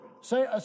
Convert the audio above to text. Say